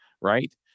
Right